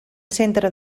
centre